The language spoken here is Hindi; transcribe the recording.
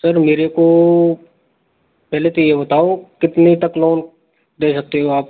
सर मेरे को पहले तो ये बताओ कितने तक लोन दे सकते हो आप